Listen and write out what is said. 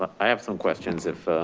i have some questions if.